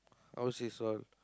how much is one